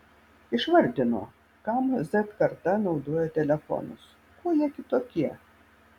išvardino kam z karta naudoja telefonus kuo jie kitokie